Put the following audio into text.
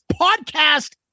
podcast